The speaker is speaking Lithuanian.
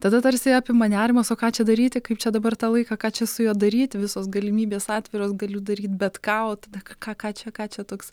tada tarsi apima nerimas o ką čia daryti kaip čia dabar tą laiką kad čia su juo daryti visos galimybės atviros galiu daryti bet ką o tada ką ką čia ką čia toks